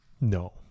No